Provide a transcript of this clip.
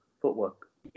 footwork